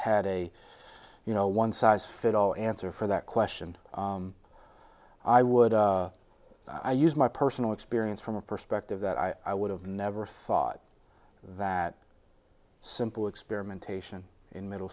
had a you know one size fits all answer for that question i would i use my personal experience from a perspective that i would have never thought that simple experimentation in middle